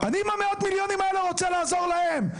אני עם המאות מיליונים האלה רוצה לעזור להם.